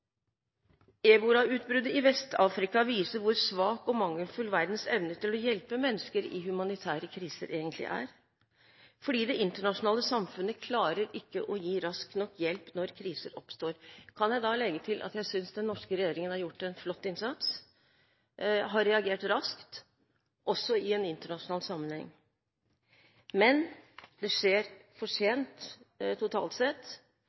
mangelfull verdens evne til å hjelpe mennesker i humanitære kriser egentlig er. Det internasjonale samfunnet klarer ikke å gi rask nok hjelp når kriser oppstår. Her kan jeg legge til at jeg synes den norske regjeringen har gjort en flott innsats og reagert raskt også i en internasjonal sammenheng. Men det skjer for sent totalt sett.